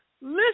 Listen